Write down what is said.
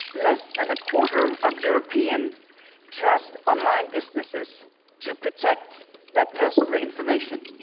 less than a quarter of europeans trust online businesses to protect their personal information.